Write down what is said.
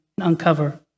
uncover